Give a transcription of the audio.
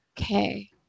okay